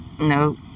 no